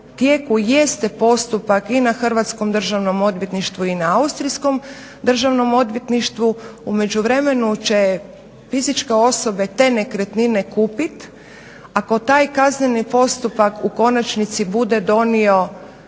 jeste postupak i na Hrvatskom državnom odvjetništvu i na Austrijskom državnom odvjetništvu u međuvremenu će fizičke osobe te nekretnine kupiti. Ako taj postupak u konačnici bude donesen